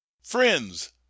Friends